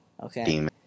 Okay